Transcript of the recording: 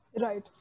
Right